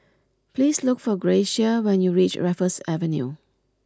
please look for Gracia when you reach Raffles Avenue